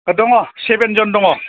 ओ दङ सेबेनजोन दङ